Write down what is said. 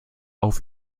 auf